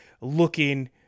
looking